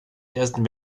ersten